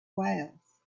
wales